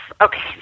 Okay